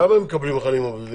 כמה מקבלים החיילים הבודדים?